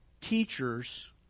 teachers